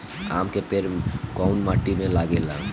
आम के पेड़ कोउन माटी में लागे ला?